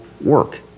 work